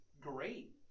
great